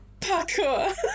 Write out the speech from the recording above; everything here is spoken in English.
Parkour